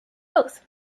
both